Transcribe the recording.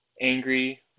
angry